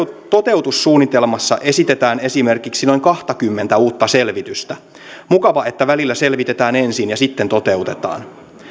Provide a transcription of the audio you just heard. toteutussuunnitelmassa esitetään esimerkiksi noin kahtakymmentä uutta selvitystä mukava että välillä selvitetään ensin ja sitten toteutetaan